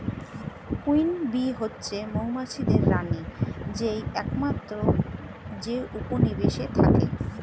queen bee হচ্ছে মৌমাছিদের রানী যেই একমাত্র যে উপনিবেশে থাকে